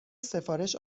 سفارش